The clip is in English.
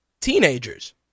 teenagers